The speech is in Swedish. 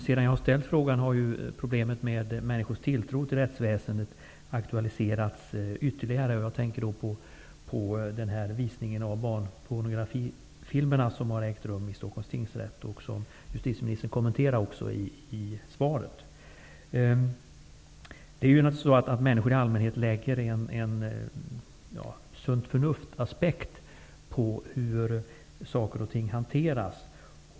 Sedan jag ställde frågan har problemet med människors tilltro till rättsväsendet aktualiserats ytterligare. Jag tänker då på visningen av barnpornografifilmer som har ägt rum i Stockholms tingsrätt. Justitieministern kommenterar också det i svaret. Människor i allmänhet anlägger en aspekt grundad på sunt förnuft på hur saker och ting hanteras.